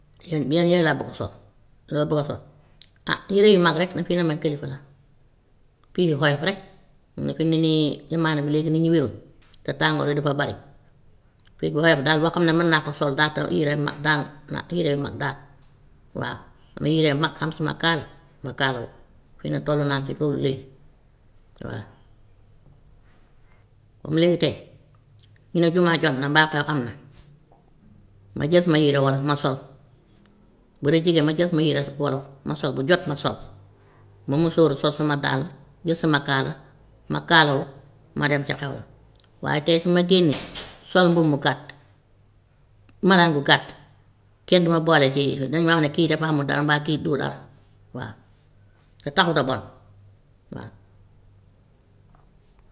Yan yan yére laa bugg a sol, lu ma bugg a sol, ah yére yu mag rek ndax fi ne man kilifa laa piis yu oyof rek, xam nga fi mu ne nii jamano bi léegi nit ñi wéruñ te tàngoor bi dafa bari, piis bu oyof daal boo xam ne mën naa koo sol daa te yére mag daal nekk yére yu mag daal waaw, am yére yu mag am suma kaala ma kaalawu, xëy na toll naa si foofu léegi waa. Comme léegi tey ñu ne jumaa jot na mbaa xew am na, ma jël sama yére wolof ma sol, bu dee jigéen ma jël sama yére wolof ma sol bu jot ma sol, ma musóoru, sol suma dàll, jël sama kaala, ma kaalawu, ma dem ca xew ma. Waaye tey su ma génnee sol mbub mu gàtt, malaan bu gàtt kenn du ma boole si dañ ma wax ne kii dafa amut dara mbaa kii du dara waaw te taxut a bon waa.